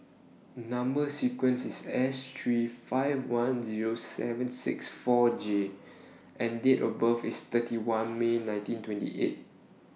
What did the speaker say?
Number sequence IS S three five one Zero seven six four J and Date of birth IS thirty one May nineteen twenty eight